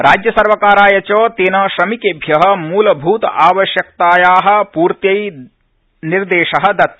राज्यसर्वकाराय च तेन श्रमिकेभ्य मूलभूत आवश्यकताया पूर्त्यै निर्देश दत्त